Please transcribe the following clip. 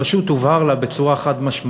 פשוט הובהר לה חד-משמעית: